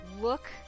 look